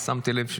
שמתי לב,